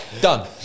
Done